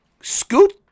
Scoot